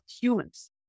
humans